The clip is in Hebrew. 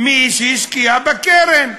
מי שהשקיע בקרן,